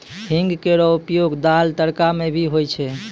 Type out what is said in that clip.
हींग केरो उपयोग दाल, तड़का म भी होय छै